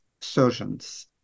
surgeons